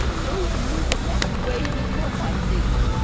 go you the next way with your findings.